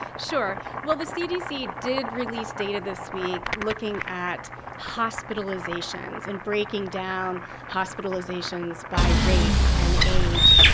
sure. well, the cdc did release data this week looking at hospitalizations and breaking down hospitalizations by race and age.